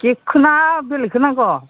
केकखौ ना बेलेकखौ नांगौ